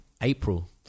April